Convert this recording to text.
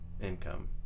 income